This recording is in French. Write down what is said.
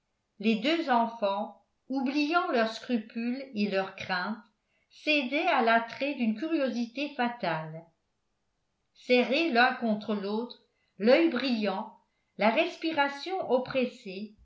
les deux enfants oubliant leurs scrupules et leurs craintes cédaient à l'attrait d'une curiosité fatale serrés l'un contre l'autre l'oeil brillant la respiration oppressée